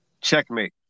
Checkmate